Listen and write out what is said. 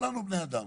כולנו בני אדם.